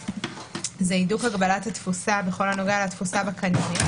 הידוק הגבלת התפוסה בכל הנוגע לתפוסה בקניונים,